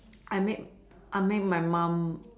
I make I make my mum